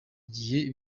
igihe